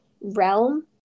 realm